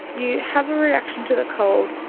you have a reaction to the cold,